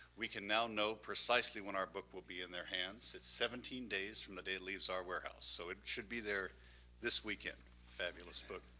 we can now know precisely when our book will be in their hands. it's seventeen days from the day it leaves our warehouse, so it should be there this weekend fabulous book.